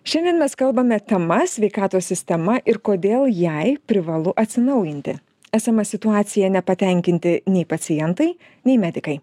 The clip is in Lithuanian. šiandien mes kalbame tema sveikatos sistema ir kodėl jai privalu atsinaujinti esama situacija nepatenkinti nei pacientai nei medikai